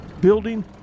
building